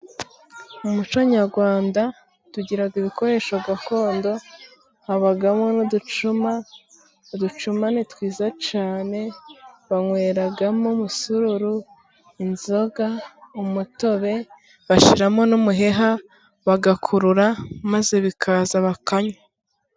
Mu muco nyarwanda tugira ibikoresho gakondo, habamo n'uducuma, uducuma ni twiza cyane banyweramo umusururu, inzoga, umutobe, bashyiramo n'umuheha, bagakurura maze bikaza, bakanywa.